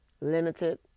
limited